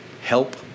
help